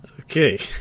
Okay